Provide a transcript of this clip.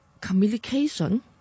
communication